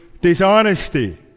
dishonesty